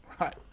right